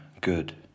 good